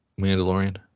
Mandalorian